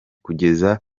kugeza